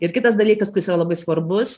ir kitas dalykas kuris yra labai svarbus